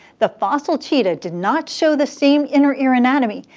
the fossil cheetah did not show the same inner ear anatomy,